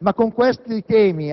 *record* storico